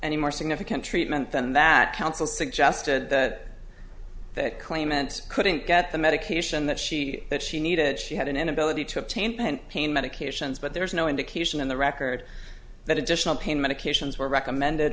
any more significant treatment than that counsel suggested that that claimant couldn't get the medication that she that she needed she had an inability to obtain pain pain medications but there was no indication in the record that additional pain medications were recommended